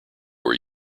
are